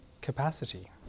capacity